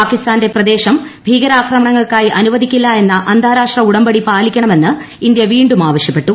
പാകിസ്ഥാന്റെ പ്രദേശം ഭീകരാക്രമണങ്ങൾക്ക് ആയി അനുവദിക്കില്ല എന്ന അന്താരാഷ്ട്ര ഉടമ്പടി പാലിക്കണമെന്ന് ഇന്ത്യ വീണ്ടും ആവശ്യപ്പെട്ടു